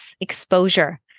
exposure